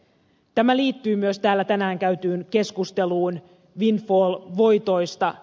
tämä liittyy myös täällä tänään käytyyn keskusteluun windfall voitoista